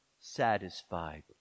satisfied